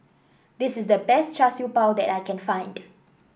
this is the best Char Siew Bao that I can find